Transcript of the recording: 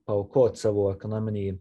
paaukot savo ekonominį